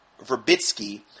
Verbitsky